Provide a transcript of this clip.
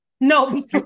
No